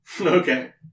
Okay